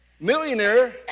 millionaire